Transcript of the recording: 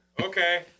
Okay